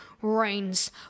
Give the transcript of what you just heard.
Reigns